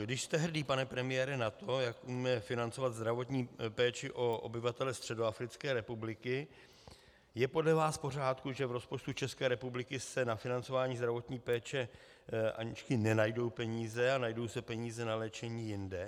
Když jste hrdý, pane premiére, na to, jak umíme financovat zdravotní péči o obyvatele Středoafrické republiky, je podle vás v pořádku, že v rozpočtu České republiky se na financování zdravotní péče Aničky nenajdou peníze a najdou se peníze na léčení jinde?